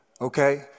okay